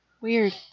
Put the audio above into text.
Weird